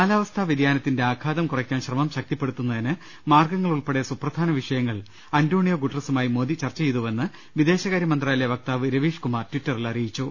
കാലാവസ്ഥാ വൃതിയാനത്തിന്റെ ആഘാതം കുറയ്ക്കാൻ ശ്രമം ശക്തിപ്പെടുത്തു ന്നതിന് മാർഗ്ഗങ്ങൾ ഉൾപ്പെടെ സുപ്രധാന വിഷയങ്ങൾ അന്റോണിയോ ഗുട്ടറസു മായി മോദി ചർച്ച ചെയ്തുവെന്ന് വിദേശകാര്യ മന്ത്രാലയ വക്താവ് രവീഷ്കുമാർ ടിറ്ററിൽ അറിയിച്ചു